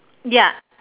ya